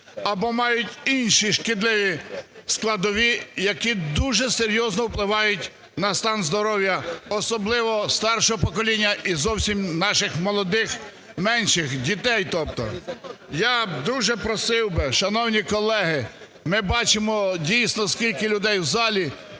або має інші шкідливі складові, які дуже серйозно впливають на стан здоров'я, особливо старшого покоління і зовсім наших молодих, менших, дітей тобто. Я дуже просив би, шановні колеги, ми бачимо дійсно скільки людей в залі,